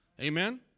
Amen